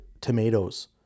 tomatoes